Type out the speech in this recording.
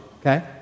okay